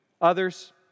others